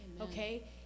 Okay